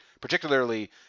particularly